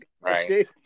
Right